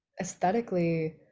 aesthetically